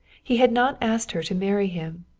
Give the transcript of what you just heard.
he had not asked her to marry him.